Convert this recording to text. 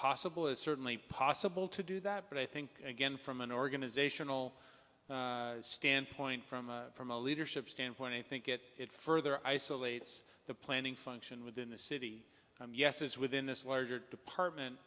possible it's certainly possible to do that but i think again from an organizational standpoint from from a leadership standpoint i think it it further isolates the planning function within the city and yes it is within this larger department